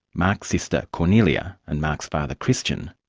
mark's sister kornelia, and mark's father, christian,